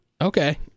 Okay